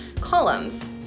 columns